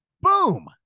Boom